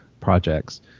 projects